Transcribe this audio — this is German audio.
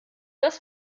das